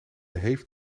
heeft